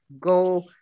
go